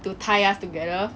to tie us together